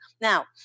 Now